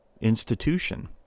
institution